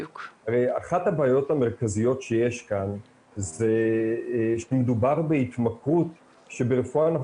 אחת הבעיות המרכזיות שיש כאן זה שמדובר בהתמכרות שברפואה אנחנו